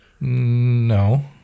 No